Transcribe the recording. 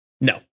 No